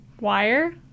wire